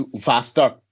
faster